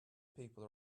people